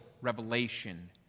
revelation